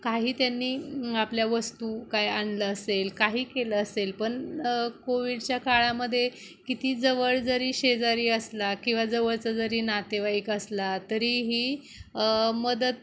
काही त्यांनी आपल्या वस्तू काय आणलं असेल काही केलं असेल पण कोविडच्या काळामध्ये किती जवळ जरी शेजारी असला किंवा जवळचा जरी नातेवाईक असला तरी ही मदत